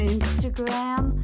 Instagram